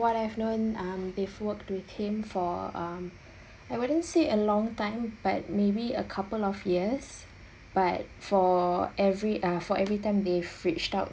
what I've known um they've worked with him for um I wouldn't say a long time but maybe a couple of years but for every uh for every time they've reached out